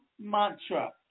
mantra